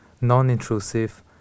non-intrusive